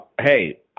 Hey